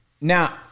Now